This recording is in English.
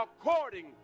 according